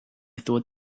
thought